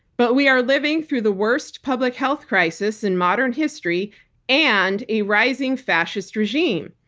but we are living through the worst public health crisis in modern history and a rising fascist regime.